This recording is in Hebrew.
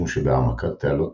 משום שבהעמקת תעלות